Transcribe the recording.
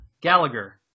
Gallagher